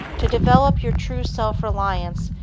to develop your true self-reliance,